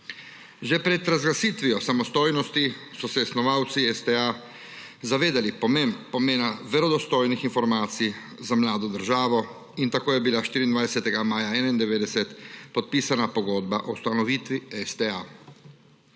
Že pred razglasitvijo samostojnosti so se snovalci STA zavedali pomena verodostojnih informacij za mlado državo in tako je bila 24. maja 1991 podpisana pogodba o ustanovitvi STA.